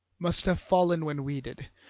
must have fallen when we did,